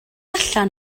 allan